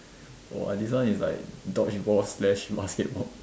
!wah! this one is like dodgeball slash basketball